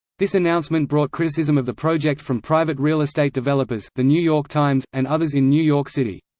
this announcement brought criticism of the project from private real estate developers, the new york times, and others in new york city.